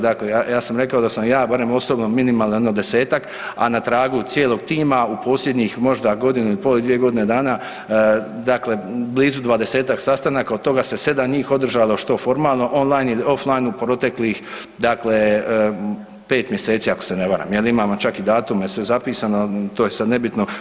Dakle, ja sam rekao da sam ja barem osobno minimalno jedno 10-tak, a na tragu cijelog tima u posljednjih možda godinu i pol, dvije godine dana dakle blizu 20-tak sastanaka, od toga se 7 njih održalo što formalno online ili offline u proteklih dakle 5 mjeseci ako se ne varam jel imamo i datume sve zapisano, to je sad nebitno.